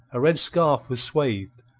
a red scarf was swathed,